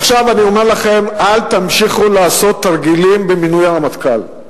עכשיו אני אומר לכם: אל תמשיכו לעשות תרגילים במינוי הרמטכ"ל.